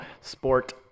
Sport